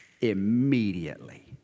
immediately